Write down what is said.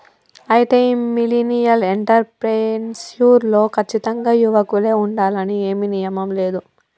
అయితే ఈ millennial entrepreneur లో కచ్చితంగా యువకులే ఉండాలని ఏమీ నియమం లేదు